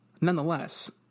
nonetheless